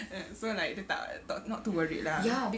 so like dia tak not to worry lah